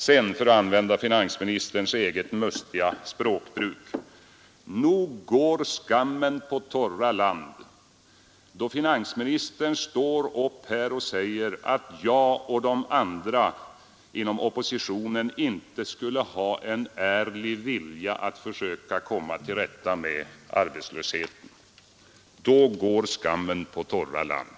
För att använda finansministerns eget mustiga språk: Nog går skam på torra land, då finansministern står upp här och säger att jag och de andra inom oppositionen inte skulle ha en ärlig vilja att försöka komma till rätta med arbetslösheten. Då går skam på torra land!